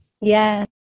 Yes